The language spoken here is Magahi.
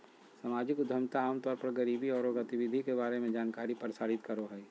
सामाजिक उद्यमिता आम तौर पर गरीबी औरो गतिविधि के बारे में जानकारी प्रसारित करो हइ